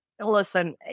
listen